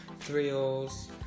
thrills